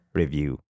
review